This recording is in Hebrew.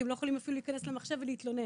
כי הם לא יכולים אפילו להיכנס למחשב ולהתלונן.